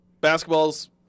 Basketball's